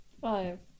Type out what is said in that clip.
Five